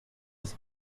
des